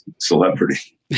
celebrity